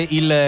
il